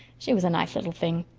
she was a nice little thing.